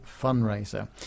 fundraiser